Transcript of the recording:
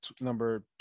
number